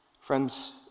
Friends